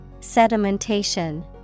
Sedimentation